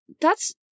that's-